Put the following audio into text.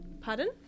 Pardon